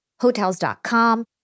Hotels.com